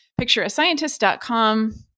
pictureascientist.com